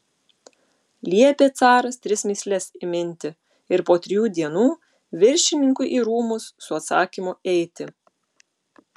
liepė caras tris mįsles įminti ir po trijų dienų viršininkui į rūmus su atsakymu eiti